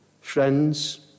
friends